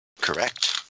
Correct